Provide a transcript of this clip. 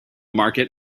market